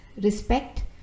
respect